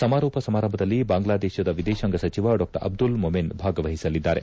ಸಮಾರೋಪ ಸಮಾರಂಭದಲ್ಲಿ ಬಾಂಗ್ಲಾದೇಶದ ವಿದೇಶಾಂಗ ಸಚಿವ ಡಾ ಅಬ್ದುಲ್ ಮೊಮೆನ್ ಭಾಗವಹಿಸಲಿದ್ದಾರೆ